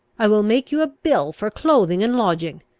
i will make you a bill for clothing and lodging.